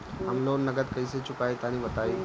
हम लोन नगद कइसे चूकाई तनि बताईं?